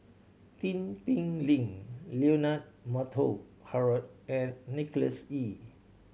Tin Pei Ling Leonard Montague Harrod and Nicholas Ee